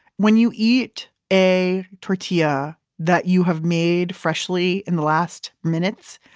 when you eat a tortilla that you have made freshly in the last minutes,